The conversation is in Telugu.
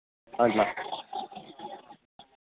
అలా